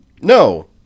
no